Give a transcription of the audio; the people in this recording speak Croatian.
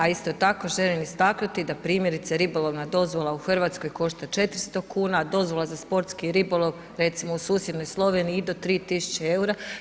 A isto tako želim istaknuti da primjerice ribolovna dozvola u Hrvatskoj košta 400 kuna a dozvola za sportski ribolov recimo u susjednoj Sloveniji i do 3 tisuće eura.